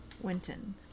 Winton